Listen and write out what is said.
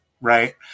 right